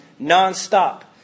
nonstop